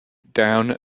down